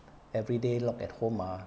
everyday locked at home ah